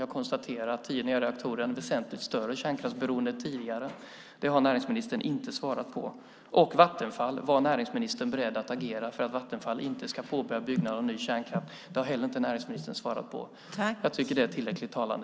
Jag konstaterar att tio nya reaktorer innebär ett väsentligt större kärnkraftsberoende än tidigare. Det har näringsministern inte svarat på. För det andra: Är näringsministern beredd att agera för att Vattenfall inte ska påbörja byggnaden av ny kärnkraft? Det har heller inte näringsministern svarat på. Jag tycker att det är tillräckligt talande.